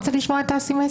אתן עוד דוגמאות.